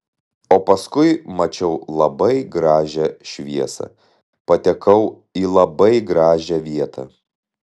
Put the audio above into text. o paskui mačiau labai gražią šviesą patekau į labai gražią vietą